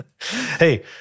Hey